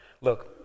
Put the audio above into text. Look